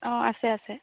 অঁ আছে আছে